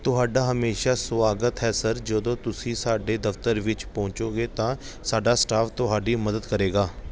ਤੁਹਾਡਾ ਹਮੇਸ਼ਾ ਸੁਆਗਤ ਹੈ ਸਰ ਜਦੋਂ ਤੁਸੀਂ ਸਾਡੇ ਦਫ਼ਤਰ ਵਿੱਚ ਪਹੁੰਚੋਂਗੇ ਤਾਂ ਸਾਡਾ ਸਟਾਫ ਤੁਹਾਡੀ ਮਦਦ ਕਰੇਗਾ